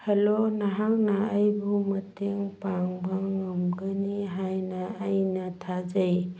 hello ꯅꯍꯥꯛꯅ ꯑꯩꯕꯨ ꯃꯇꯦꯡ ꯄꯥꯡꯕ ꯉꯝꯒꯅꯤ ꯍꯥꯏꯅ ꯑꯩꯅ ꯊꯥꯖꯩ